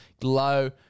low